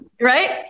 right